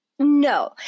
No